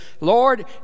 Lord